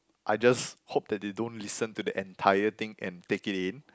I just hope that they don't listen to the entire thing and take it in